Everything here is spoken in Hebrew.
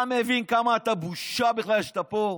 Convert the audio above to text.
אתה מבין כמה אתה בושה בכלל שאתה פה?